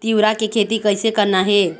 तिऊरा के खेती कइसे करना हे?